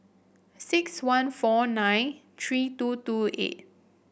six one four nine three two two eight